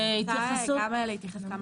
אני רוצה גם להתייחס לכמה נקודות.